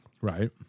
Right